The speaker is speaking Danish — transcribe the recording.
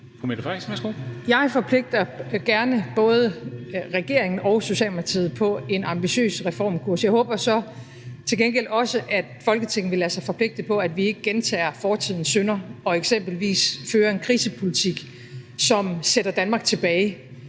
Jeg forpligter gerne både regeringen og Socialdemokratiet på en ambitiøs reformkurs. Jeg håber så til gengæld også, at Folketinget vil lade sig forpligte på, at vi ikke gentager fortidens synder og eksempelvis fører en krisepolitik, som sætter Danmark tilbage.